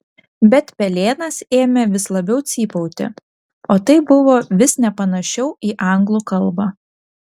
bet pelėnas ėmė vis labiau cypauti o tai buvo vis nepanašiau į anglų kalbą